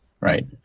Right